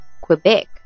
Quebec